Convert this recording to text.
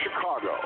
Chicago